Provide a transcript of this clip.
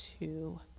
two